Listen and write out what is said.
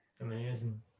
Amazing